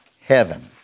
heaven